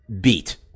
beat